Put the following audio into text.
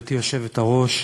גברתי היושבת-ראש,